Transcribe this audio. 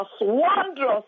wondrous